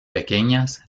pequeñas